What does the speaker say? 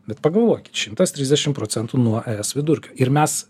bet pagalvokit šimtas trisdešim procentų nuo es vidurkio ir mes